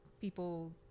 people